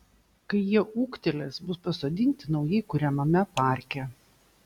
kai jie ūgtelės bus pasodinti naujai kuriamame parke